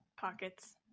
pockets